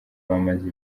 bamaze